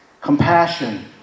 compassion